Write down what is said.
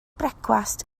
brecwast